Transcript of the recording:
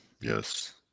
yes